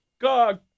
God